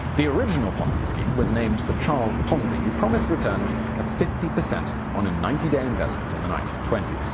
the original ponzi scheme was named for charles ponzi who promised returns of fifty percent on a ninety day investment in the nineteen twenty s.